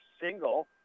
single